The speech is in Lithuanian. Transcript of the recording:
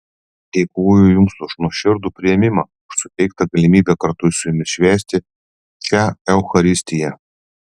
dėkoju jums už nuoširdų priėmimą už suteiktą galimybę kartu su jumis švęsti šią eucharistiją